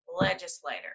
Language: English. legislator